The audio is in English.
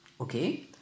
Okay